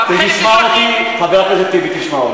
לא, אני אמרתי פה, זה לא המשטרה.